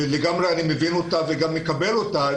שלגמרי אני מבין אותה וגם מקבל אותה - אי